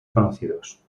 conocidos